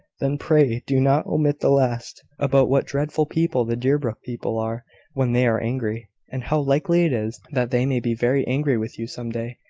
then, pray, do not omit the last about what dreadful people the deerbrook people are when they are angry and how likely it is that they may be very angry with you some day.